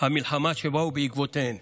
המלחמה שבאו בעקבותיהן.